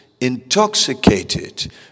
intoxicated